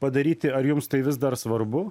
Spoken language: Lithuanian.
padaryti ar jums tai vis dar svarbu